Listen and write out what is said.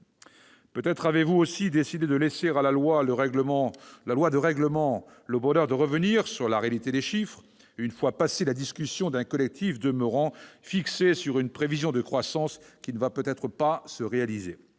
Peut-être avez-vous aussi décidé de laisser à la loi de règlement le bonheur de revenir sur la réalité des chiffres, une fois passée la discussion d'un collectif toujours fixé sur une prévision de croissance qui ne va peut-être pas se réaliser.